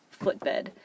footbed